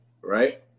right